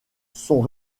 sont